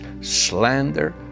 slander